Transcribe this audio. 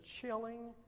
chilling